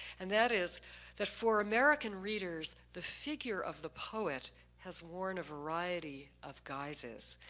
and that is that for american readers the figure of the poet has worn a variety of guises.